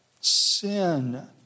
Sin